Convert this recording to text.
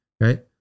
Right